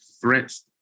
threats